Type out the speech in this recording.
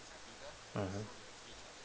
mmhmm